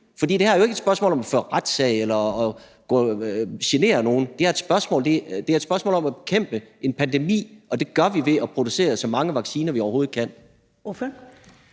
For det her er jo ikke et spørgsmål om at føre retssag eller genere nogen. Det er et spørgsmål om at bekæmpe en pandemi, og det gør vi ved at producere så mange vacciner, vi overhovedet kan.